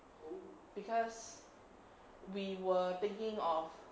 because we were thinking of